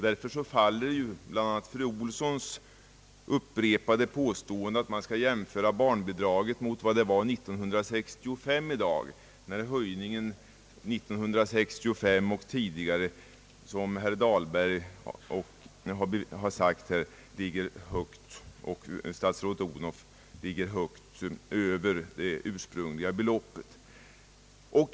Därför faller bl.a. fru Olssons upprepade påståenden att man i dag skall jämföra barnbidraget med vad det var år 1965, när höjningen då och tidigare, som herr Dahlberg och statsrådet Odhnoff har sagt, i realvärde låg högt över det ursprungliga beloppet.